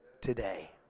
today